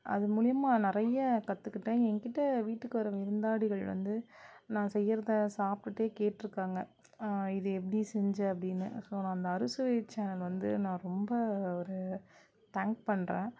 அது மூலிமா நிறைய கற்றுக்கிட்டேன் எங்கிட்ட வீட்டுக்கு வர்றவங்க விருந்தாளிகள் வந்து நான் செய்கிறத சாப்பிட்டுட்டு கேட்டுருக்காங்க இது எப்படி செஞ்ச அப்படினு ஸோ நான் அந்த அறுசுவை சேனல் வந்து நான் ரொம்ப ஒரு தேங் பண்ணுறேன்